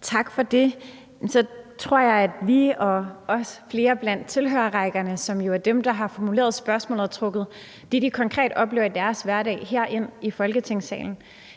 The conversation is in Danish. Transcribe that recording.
Tak for det. Så tror jeg, at vi og flere af dem på tilhørerrækkerne, som jo er dem, der har formuleret spørgsmålet og har trukket det, de konkret oplever i deres hverdag, herind i Folketingssalen,